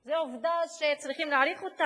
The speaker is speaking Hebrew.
זה עובדה שצריכים להעריך אותה.